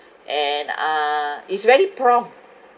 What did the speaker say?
and uh it's very prompt